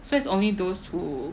so it's only those who